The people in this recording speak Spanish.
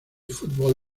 fútbol